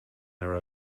their